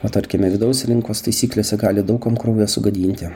o tarkime vidaus rinkos taisyklėse gali daug kam kraują sugadinti